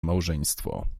małżeństwo